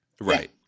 Right